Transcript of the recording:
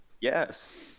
Yes